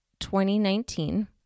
2019